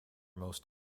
most